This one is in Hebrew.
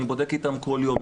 אני בודק איתם כל יום,